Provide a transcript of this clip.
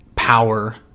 Power